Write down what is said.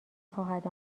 خواهد